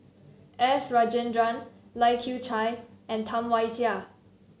S Rajendran Lai Kew Chai and Tam Wai Jia